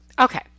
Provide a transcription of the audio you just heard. okay